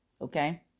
okay